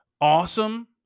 awesome